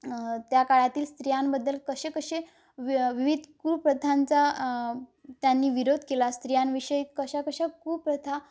त्या काळातील स्त्रियांबद्दल कसे कसे वि विविध कूप्रथांचा त्यांनी विरोध केला स्त्रियांविषयी कशा कशा कूप्रथा